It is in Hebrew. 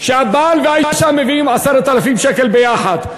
שהבעל והאישה מביאים 10,000 שקלים ביחד.